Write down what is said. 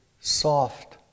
soft